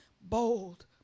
bold